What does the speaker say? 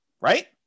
right